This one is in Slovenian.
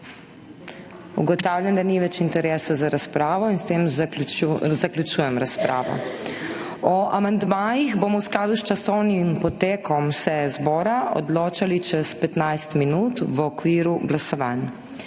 Ugotavljam, da ni več interesa za razpravo in s tem zaključujem razpravo. O amandmajih bomo v skladu s časovnim potekom seje zbora odločali čez 15 minut v okviru glasovanj.